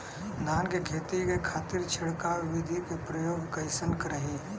धान के खेती के खातीर छिड़काव विधी के प्रयोग कइसन रही?